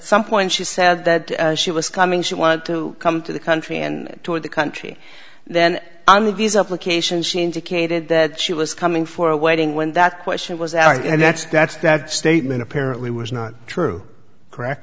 some point she said that she was coming she wanted to come to the country and tour the country then on the visa application she indicated that she was coming for a wedding when that question was asked and that's that's that statement apparently was not true correct